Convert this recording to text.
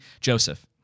Joseph